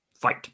fight